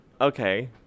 Okay